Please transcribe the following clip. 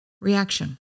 reaction